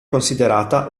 considerata